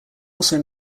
also